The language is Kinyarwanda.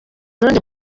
burundi